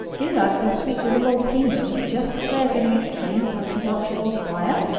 give up their sweet little volcano just as they are getting it trained not to belch forth fire?